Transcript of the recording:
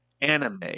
anime